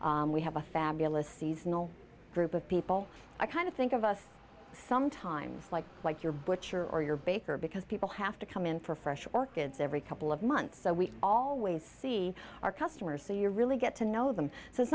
we have a fabulous seasonal group of people i kind of think of us sometimes like like your butcher or your baker because people have to come in for fresh orchids every couple of months so we always see our customers so you really get to know them so it's